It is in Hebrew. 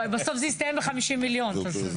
בסוף זה יסתיים ב-50 מיליון.